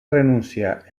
renúncia